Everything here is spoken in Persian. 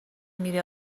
میری